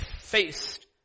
faced